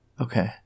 Okay